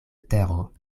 tero